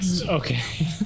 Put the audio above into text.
Okay